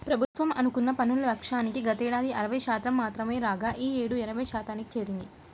ప్రభుత్వం అనుకున్న పన్నుల లక్ష్యానికి గతేడాది అరవై శాతం మాత్రమే రాగా ఈ యేడు ఎనభై శాతానికి చేరింది